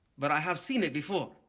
but i have seen it before.